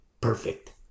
perfect